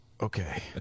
okay